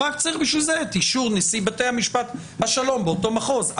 רק צריך בשביל זה את אישור נשיא בתי משפט השלום באותו מחוז.